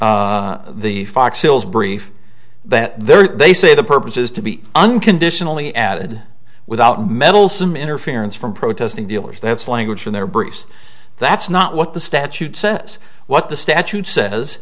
brief the fox hills brief but there they say the purpose is to be unconditionally added without meddlesome interference from protesting dealers that's language in their briefs that's not what the statute says what the statute says